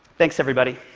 thanks, everybody.